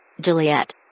Juliet